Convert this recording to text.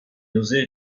nausées